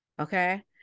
Okay